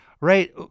right